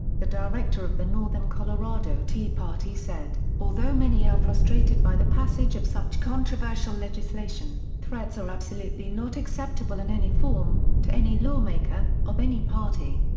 the director of the northern colorado tea party said, although many are frustrated by the passage of such controversial legislation, threats are absolutely not acceptable in any form, to any lawmaker, of any party.